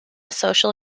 social